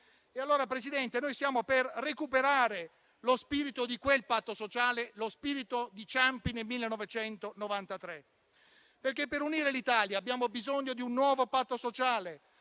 Paese. Presidente, noi siamo per recuperare lo spirito di quel patto sociale, lo spirito di Ciampi nel 1993. Per unire l'Italia abbiamo bisogno di un nuovo patto sociale,